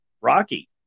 Rocky